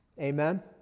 Amen